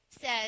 says